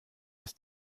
ist